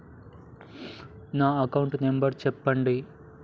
నా account number చెప్పండి?